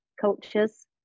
cultures